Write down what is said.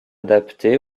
adaptés